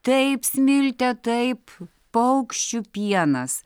taip smilte taip paukščių pienas